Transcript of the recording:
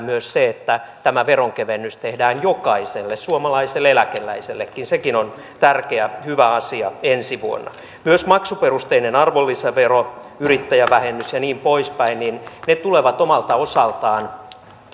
myös se että tämä veronkevennys tehdään jokaiselle suomalaiselle eläkeläisellekin sekin on tärkeä hyvä asia ensi vuonna myös maksuperusteinen arvonlisävero yrittäjävähennys ja niin poispäin tulevat omalta osaltaan